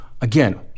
Again